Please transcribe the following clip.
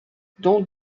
dans